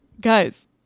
guys